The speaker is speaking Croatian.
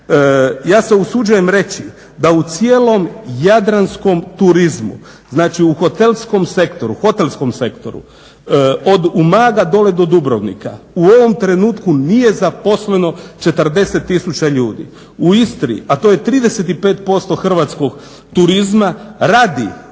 Ja se usuđujem reći da u cijelom jadranskom turizmu, znači u hotelskom sektoru od Umaga dole do Dubrovnika u ovom trenutku nije zaposleno 40 tisuća ljudi. U Istri, a to je 35% hrvatskog turizma, radi